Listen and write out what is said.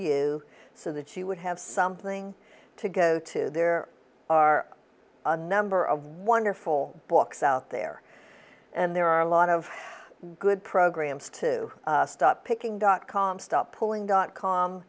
you so that she would have something to go to there are a number of wonderful books out there and there are a lot of good programs to stop picking dot com stop pulling dot com